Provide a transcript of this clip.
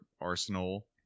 Arsenal